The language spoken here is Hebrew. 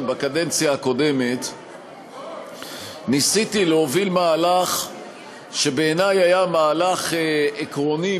בקדנציה הקודמת ניסיתי להוביל מהלך שבעיני היה מהלך עקרוני